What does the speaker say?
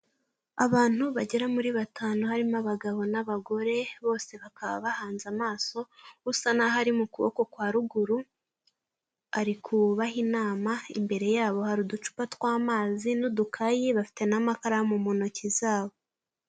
Abantu bagera muri batanu harimo abagabo n'abagore, bose bakaba bahanze amaso usa n'aho ari mu kuboko kwa ruguru ari kubaha inama, imbere yabo hari uducupa tw'amazi n'udukayi bafite n'amakaramu mu ntoki zabo.